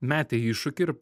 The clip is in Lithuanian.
metė iššūkį ir